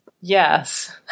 Yes